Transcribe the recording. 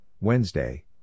Wednesday